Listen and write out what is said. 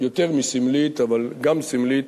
יותר מסמלית, אבל גם סמלית,